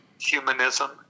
humanism